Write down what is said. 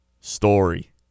story